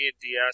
DS